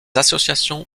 associations